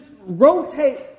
rotate